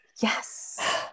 Yes